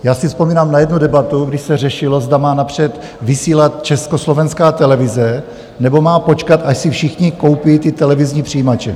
Já si vzpomínám na jednu debatu, kdy se řešilo, zda má napřed vysílat Československá televize, nebo má počkat, až si všichni koupí televizní přijímače.